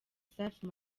safi